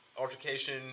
altercation